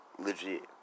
legit